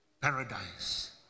paradise